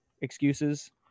excuses